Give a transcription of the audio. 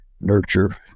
nurture